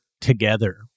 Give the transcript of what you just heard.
together